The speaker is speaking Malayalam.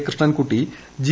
കൃഷ്ണ്ൻകുട്ടി ജി